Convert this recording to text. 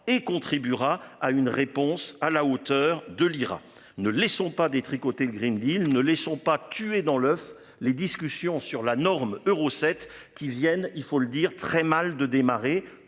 et contribuera à une réponse à la hauteur de l'IRA, ne laissons pas détricoter Green Deal, Ne laissons pas tuer dans l'oeuf les discussions sur la norme euro 7 qui viennent, il faut le dire très mal de démarrer